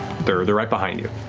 they're they're right behind you.